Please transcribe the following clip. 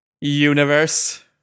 Universe